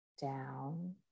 down